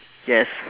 yes